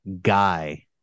guy